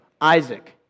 Isaac